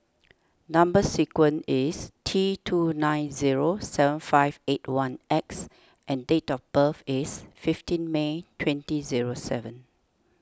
Number Sequence is T two nine zero seven five eight one X and date of birth is fifteen May twenty zero seven